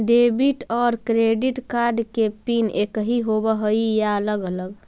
Debit और credit card के pin एकही होव हइ या अलग अलग?